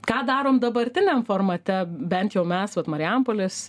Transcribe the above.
ką darom dabartiniam formate bent jau mes vat marijampolės